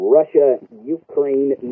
Russia-Ukraine